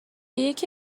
یکی